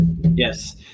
Yes